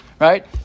right